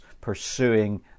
pursuing